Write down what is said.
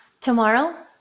tomorrow